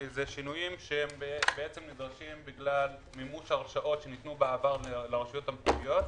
זה שינויים שנדרשים בגלל מימוש הרשאות שניתנו בעבר לרשויות המקומיות.